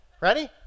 Ready